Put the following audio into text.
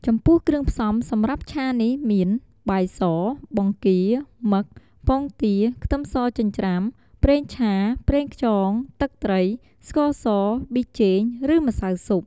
ចំពោះគ្រឿងផ្សំសម្រាប់ឆានេះមាន បាយស បង្គា មឹក ពងទា ខ្ទឹមសចិញ្ច្រាំ ប្រេងឆា ប្រេងខ្យង ទឹកត្រី ស្ករស ប៊ីចេង ឬម្សៅស៊ុប។